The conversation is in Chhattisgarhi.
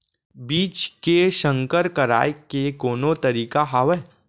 बीज के संकर कराय के कोनो तरीका हावय?